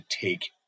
take